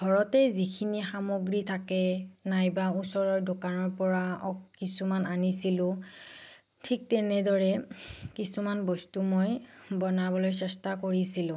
ঘৰতেই যিখিনি সামগ্ৰী থাকে নাইবা ওচৰৰ দোকানৰপৰা কিছুমান আনিছিলোঁ ঠিক তেনেদৰে কিছুমান বস্তু মই বনাবলৈ চেষ্টা কৰিছিলোঁ